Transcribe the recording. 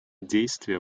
действия